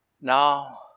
Now